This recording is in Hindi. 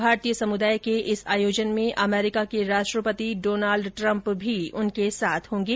भारतीय समुदाय के इस आयोजन में अमरीका के राष्ट्रपति डोनाल्ड ट्रम्प भी उनके साथ होंगे